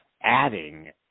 adding